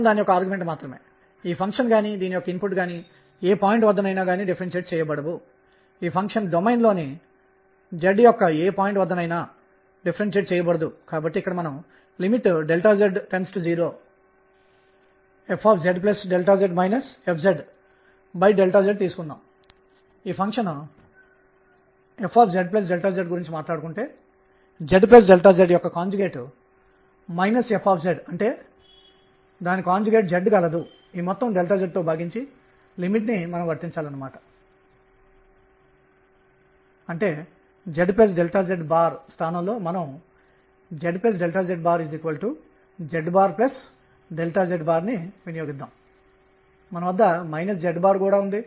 ఇది ఆకర్షణీయ కూలుంబ్ లేదా పొటెన్షియల్ యొక్క ఒక రకమైన గురుత్వాకర్షణ అప్పుడు కక్ష్యలు ఇలా ఉంటాయి అవి వృత్తాకారంగా ఉండవచ్చు లేదా అవి ఎలిప్టికల్ దీర్ఘవృత్తాకారంగా ఉండవచ్చు మరియు ఇది కొంత ఎక్స్సెంట్రిసిటీని ఉత్కేంద్రితను కలిగి ఉంటుంది